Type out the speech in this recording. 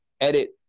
edit